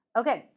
okay